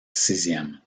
sixième